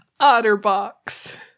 Otterbox